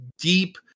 deep